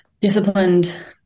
disciplined